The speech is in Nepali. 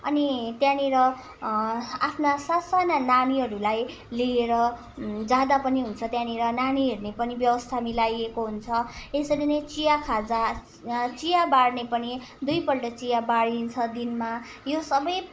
अनि त्यहाँनिर आफ्ना स साना नानीहरूलाई लिएर जाँदा पनि हुन्छ त्यहाँनिर नानी हेर्ने पनि व्यवस्था मिलाइएको हुन्छ यसरी नै चिया खाजा चिया बाँड्ने पनि दुईपल्ट चिया बाँडिन्छ दिनमा यो सबै